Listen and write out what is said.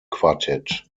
quartett